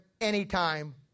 anytime